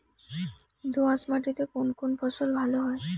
দোঁয়াশ মাটিতে কোন কোন ফসল ভালো হয়?